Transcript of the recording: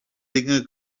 dinge